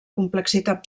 complexitat